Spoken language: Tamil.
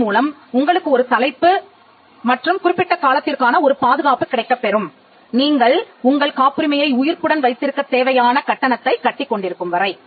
இதன் மூலம் உங்களுக்கு ஒரு தலைப்பு மற்றும் குறிப்பிட்ட காலத்திற்கான ஒரு பாதுகாப்பு கிடைக்கப்பெறும் நீங்கள் உங்கள் காப்புரிமையை உயிர்ப்புடன் வைத்திருக்கத் தேவையான கட்டணத்தைக் கட்டிக்கொண்டிருக்கும் வரை